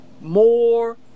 more